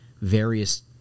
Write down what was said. various